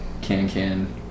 can-can